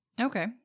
Okay